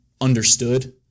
understood